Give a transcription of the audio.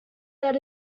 that